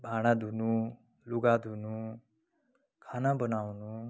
भाँडा धुनु लुगा धुनु खाना बनाउनु